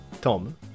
Tom